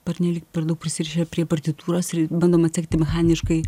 pernelyg per daug prisirišę prie partitūros bandom atsekti mechaniškai